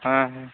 ᱦᱮᱸ ᱦᱮᱸ